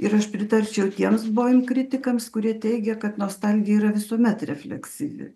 ir aš pritarčiau tiems boim kritikams kurie teigė kad nostalgija yra visuomet refleksyvi